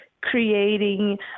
creating